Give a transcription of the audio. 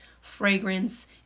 fragrance